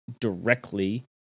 directly